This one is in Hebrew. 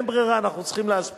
אין ברירה, אנחנו צריכים להספיק.